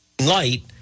light